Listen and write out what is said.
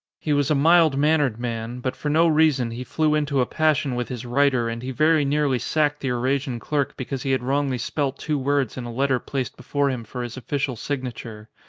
he was a mild-mannered man, but for no reason he flew into a passion with his writer and he very nearly sacked the eurasian clerk because he had wrongly spelt two words in a letter placed before him for his official signature.